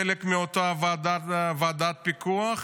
חלק מאותה ועדת פיקוח,